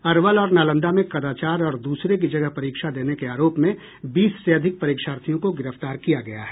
अरवल और नालंदा में कदाचार और द्रसरे की जगह परीक्षा देने के आरोप में बीस से अधिक परीक्षार्थियों को गिरफ्तार किया गया है